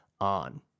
on